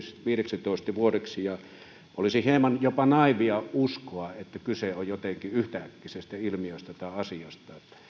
viideksitoista vuodeksi ja olisi hieman jopa naiivia uskoa että kyse on jotenkin yhtäkkisestä ilmiöstä tai asiasta